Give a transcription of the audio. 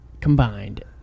combined